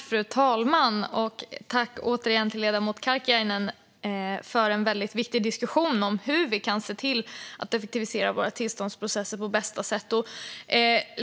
Fru talman! Tack återigen, ledamoten Karkiainen, för en väldigt viktig diskussion om hur vi kan se till att effektivisera våra tillståndsprocesser på bästa sätt.